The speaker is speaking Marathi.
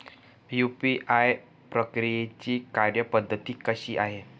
यू.पी.आय प्रक्रियेची कार्यपद्धती कशी आहे?